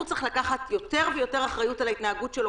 צריך לקחת יותר ויותר אחריות על ההתנהגות שלו,